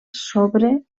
sobre